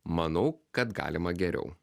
manau kad galima geriau